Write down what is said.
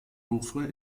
louvre